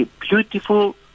beautiful